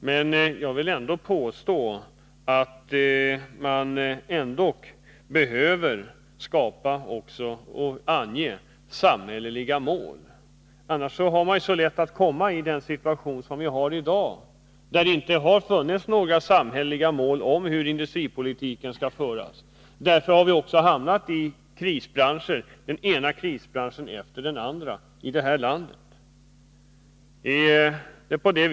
Men jag vill ändå påstå att man också behöver ange samhälleliga mål — annars kommer man så lätt i den situation som råder i dag. Det har inte funnits några samhälleliga mål för hur industripolitiken skall föras, och därför har vi också fått den ena krisbranschen efter den andra här i landet.